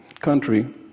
country